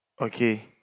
Okay